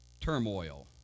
Turmoil